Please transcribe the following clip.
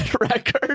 record